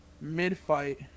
mid-fight